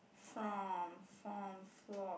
from form flog